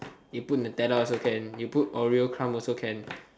you put nutella also can you put oreo crumb also can